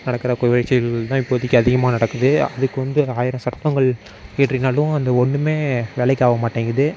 நடக்கிற குறைச்செயல்கள் தான் இப்போதிக்கு அதிகமாக நடக்குது அதுக்கு வந்து ஆயிரம் சட்டங்கள் இயற்றினாலும் அது ஒன்றுமே வேலைக்கு ஆக மாட்டேங்குது